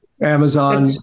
Amazon